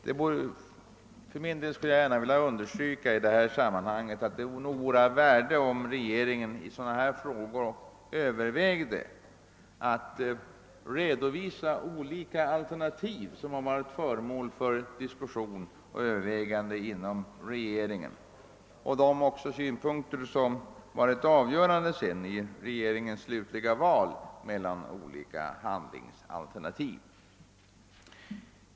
Det bör i detta sammanhang understrykas att det vore av stort värde om regeringen i sådana frågor även eftersträvade att redovisa alternativa lösningar som diskuterats inom regeringen och de synpunkter som varit avgörande i det slutliga valet mellan olika handlingsalternativ.